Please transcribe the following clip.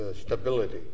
stability